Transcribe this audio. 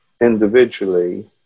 individually